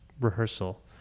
rehearsal